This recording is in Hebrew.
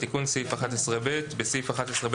מקריא: תיקון סעיף 11ב 11. בסעיף 11ב